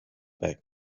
back